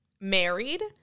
married